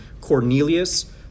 Cornelius